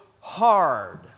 hard